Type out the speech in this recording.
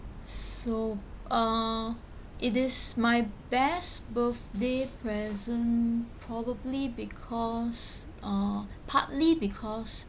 s~ so uh it is my best birthday present probably because uh partly because